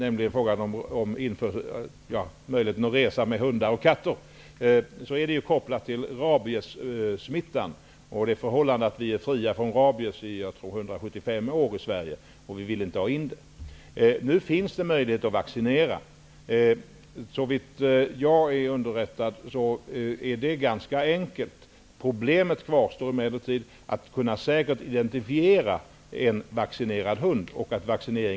Den är kopplad till det förhållande att vi i 175 år har varit fria från rabiessmitta i Sverige. Vi vill inte ha in den. Nu finns det möjlighet att vaccinera. Så vitt jag vet är det ganska enkelt. Problemet att säkert kunna identifiera en vaccinerad hund kvarstår emellertid.